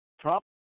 Trump